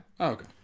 Okay